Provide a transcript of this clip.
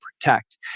protect